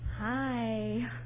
Hi